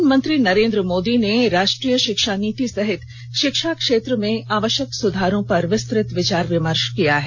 प्रधानमंत्री नरेन्द्र मोदी ने राष्ट्रीय शिक्षा नीति सहित शिक्षा क्षेत्र में आवश्यक सुधारों पर विस्तत विचार विमर्श किया है